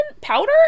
powder